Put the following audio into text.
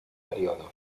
periodos